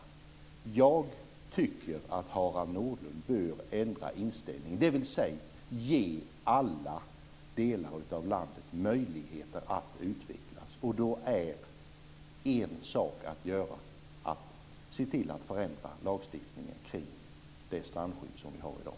Jag tycker att Harald Nordlund bör ändra inställning, dvs. ge alla delar av landet möjligheter att utvecklas. En sådan sak är att förändra lagstiftningen kring det strandskydd vi har i dag.